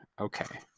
okay